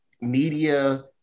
media